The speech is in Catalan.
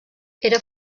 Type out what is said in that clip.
era